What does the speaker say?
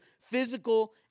physical